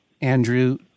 Andrew